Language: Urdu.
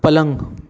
پلنگ